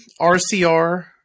RCR